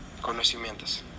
conocimientos